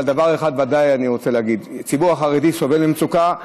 אבל דבר אחד ודאי אני רוצה להגיד: הציבור החרדי סובל ממצוקה.